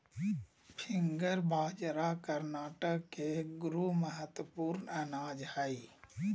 finger बाजरा कर्नाटक के एगो महत्वपूर्ण अनाज हइ